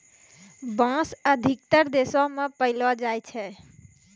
बांस अधिकतर देशो म पयलो जाय छै